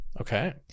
Okay